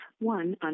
one